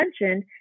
mentioned